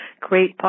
great